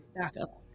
backup